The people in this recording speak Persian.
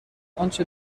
آنچه